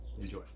Enjoy